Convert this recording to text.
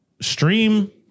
stream